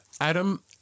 Adam